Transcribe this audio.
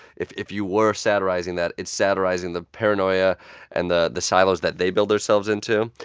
if if you were satirizing that, it's satirizing the paranoia and the the silos that they build their selves into.